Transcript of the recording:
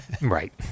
Right